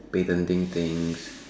bending things